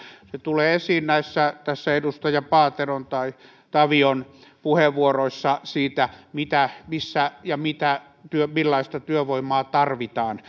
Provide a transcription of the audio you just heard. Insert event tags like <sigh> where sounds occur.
se tulee esiin edustaja paateron tai edustaja tavion puheenvuoroissa siitä missä ja millaista työvoimaa tarvitaan <unintelligible>